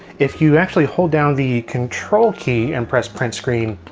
if you actually hold down the control key and press print screen,